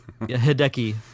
Hideki